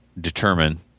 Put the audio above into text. determine